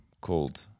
called